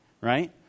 right